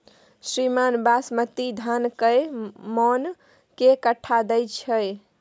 श्रीमान बासमती धान कैए मअन के कट्ठा दैय छैय?